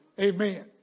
Amen